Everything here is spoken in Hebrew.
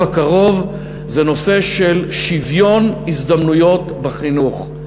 הקרוב זה נושא של שוויון הזדמנויות בחינוך.